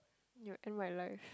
you'll end my life